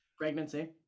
pregnancy